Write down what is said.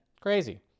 Crazy